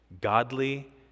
Godly